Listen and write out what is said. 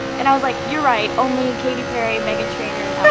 and i was like, you're right, only katy perry, meghan trainer and